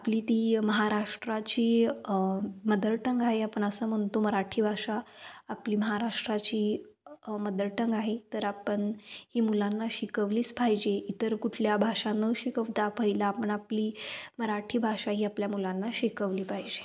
आपली ती महाराष्ट्राची मदरटंग आहे आपण असं म्हणतो मराठी भाषा आपली महाराष्ट्राची मदरटंग आहे तर आपण ही मुलांना शिकवलीच पाहिजे इतर कुठल्या भाषा न शिकवता पहिला आपण आपली मराठी भाषा ही आपल्या मुलांना शिकवली पाहिजे